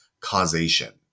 causation